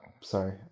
Sorry